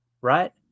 right